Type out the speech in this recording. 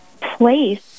place